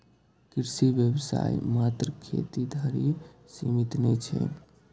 कृषि व्यवसाय मात्र खेती धरि सीमित नै छै